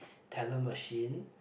teller machine